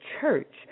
church